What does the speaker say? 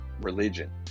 Religion